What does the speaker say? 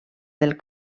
del